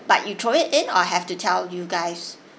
but you throw it in or have to tell you guys